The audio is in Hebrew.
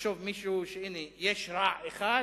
יחשוב מישהו שהנה, יש רע אחד